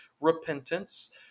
repentance